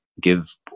give